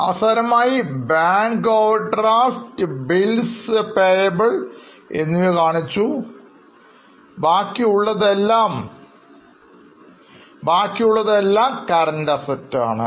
അവസാനമായി Bank overdraft Bills payable എന്നിവ കാണിച്ചു ബാക്കിയുള്ളതെല്ലാം എല്ലാം Current Assets ആണ്